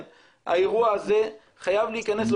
ההנחיה הזאת התחילה להיות מיושמת.